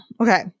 okay